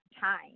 time